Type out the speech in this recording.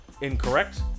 incorrect